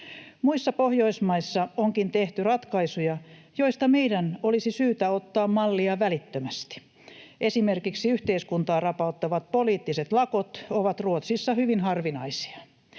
Muissa Pohjoismaissa onkin tehty ratkaisuja, joista meidän olisi syytä ottaa mallia välittömästi. Esimerkiksi yhteiskuntaa rapauttavat poliittiset lakot ovat Ruotsissa hyvin harvinaisia.